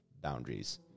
boundaries